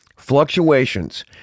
Fluctuations